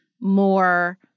more